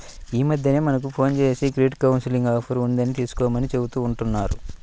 యీ మద్దెన మనకు ఫోన్ జేసి క్రెడిట్ కౌన్సిలింగ్ ఆఫర్ ఉన్నది తీసుకోమని చెబుతా ఉంటన్నారు